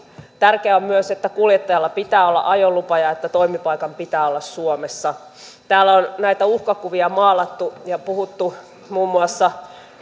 tärkeää on myös että kuljettajalla pitää olla ajolupa ja että toimipaikan pitää olla suomessa täällä on näitä uhkakuvia maalattu ja puhuttu muun muassa